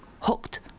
hooked